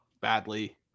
badly